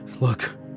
Look